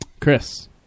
Chris